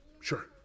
Sure